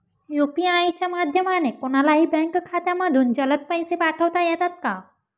UPI च्या माध्यमाने कोणलाही बँक खात्यामधून जलद पैसे पाठवता येतात का?